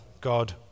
God